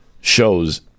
shows